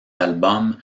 album